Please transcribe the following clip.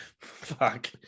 Fuck